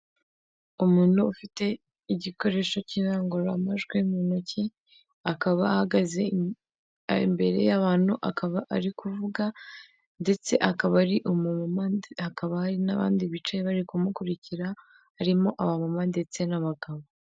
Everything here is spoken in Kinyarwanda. Umuntu ufite igikoresho cy'irangururamajwi mu ntojyi akaba ahagaze imbere y'abantu akaba ari kuvuga ndetse akaba ari umu mama hakaba hari n'abandi bicaye bari kumukurikira harimo aba mama ndetse n'abagabo.